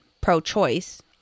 pro-choice